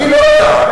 אני לא אדע.